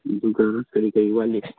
ꯑꯗꯨꯒ ꯀꯔꯤ ꯀꯔꯤ ꯋꯥꯠꯂꯤ